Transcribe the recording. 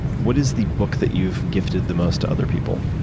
what is the book that you've gifted the most to other people?